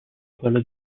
quello